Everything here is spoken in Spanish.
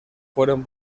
fueron